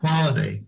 quality